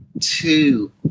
two